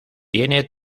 tiene